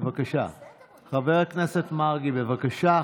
בבקשה, חבר הכנסת מרגי, בבקשה.